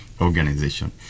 organization